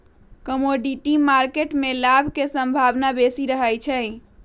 commodity market में लाभ के संभावना बेशी रहइ छै